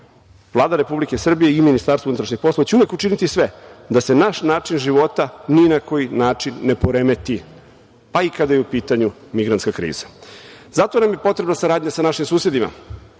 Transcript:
sebe. Vlada Republike Srbije i MUP će uvek učiniti sve da se naš način života ni na koji način ne poremeti, pa i kada je u pitanju migrantska kriza. Zato nam je potrebna saradnja sa našim susedima.